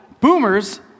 boomers